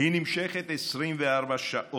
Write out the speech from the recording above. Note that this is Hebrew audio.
היא נמשכת 24 שעות,